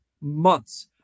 months